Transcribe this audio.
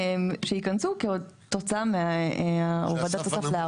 שייכנסו כתוצאה מהורדת הסף ל-4.